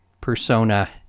persona